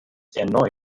erneut